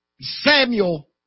Samuel